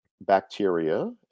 bacteria